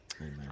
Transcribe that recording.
Amen